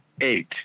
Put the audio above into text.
eight